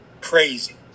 crazy